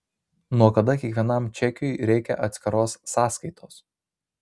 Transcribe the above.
nuo kada kiekvienam čekiui reikia atskiros sąskaitos